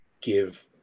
give